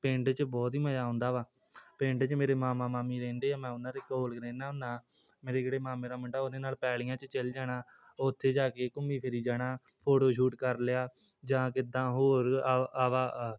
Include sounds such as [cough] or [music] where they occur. ਪਿੰਡ 'ਚ ਬਹੁਤ ਹੀ ਮਜ਼ਾ ਆਉਂਦਾ ਵਾ ਪਿੰਡ 'ਚ ਮੇਰੇ ਮਾਮਾ ਮਾਮੀ ਰਹਿੰਦੇ ਆ ਮੈਂ ਉਹਨਾਂ ਦੇ ਕੋਲ ਹੀ ਰਹਿੰਦਾ ਹੁੰਦਾ ਮੇਰੇ ਕਿਹੜੇ ਮਾਮੇ ਦਾ ਮੁੰਡਾ ਉਹਦੇ ਨਾਲ ਪੈਲੀਆਂ 'ਚ ਚਲ ਜਾਣਾ ਉੱਥੇ ਜਾ ਕੇ ਘੁੰਮੀ ਫਿਰੀ ਜਾਣਾ ਫੋਟੋ ਸ਼ੂਟ ਕਰ ਲਿਆ ਜਾਂ ਕਿੱਦਾਂ ਹੋਰ [unintelligible]